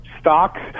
stocks